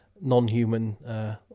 non-human